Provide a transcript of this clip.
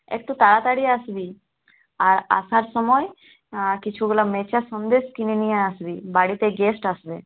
একটু তাড়াতাড়ি আসবি আর আসার সময় কিছুগুলা মেচা সন্দেশ কিনে নিয়ে আসবি বাড়িতে গেস্ট আসবে